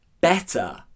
better